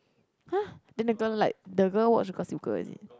!huh! then the girl like the girl watch Gossip Girl is it